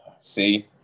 see